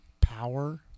power